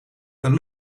een